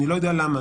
אני לא יודע למה,